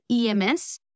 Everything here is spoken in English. EMS